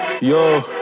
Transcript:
Yo